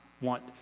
want